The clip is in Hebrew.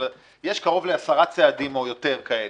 יש קרוב לעשרה צעדים או יותר כאלה.